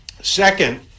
Second